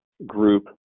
group